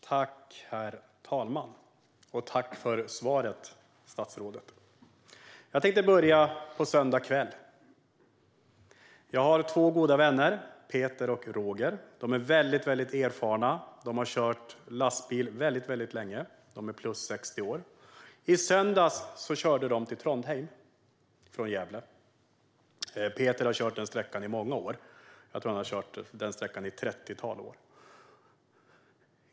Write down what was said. Herr talman! Tack för svaret, statsrådet! Jag tänkte börja med söndag kväll. Jag har två goda vänner, Peter och Roger. De är väldigt erfarna och har kört lastbil mycket länge; de är över 60 år. I söndags körde de till Trondheim från Gävle. Peter har kört den sträckan i många år - jag tror att det är ett trettiotal år.